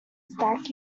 stack